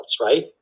Right